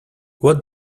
what